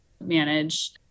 manage